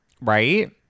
right